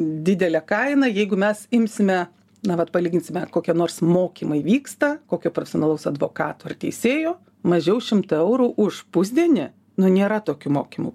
didelė kaina jeigu mes imsime na vat palyginsime kokie nors mokymai vyksta kokio personalaus advokato ar teisėjo mažiau šimto eurų už pusdienį nu nėra tokių mokymų